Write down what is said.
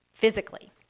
physically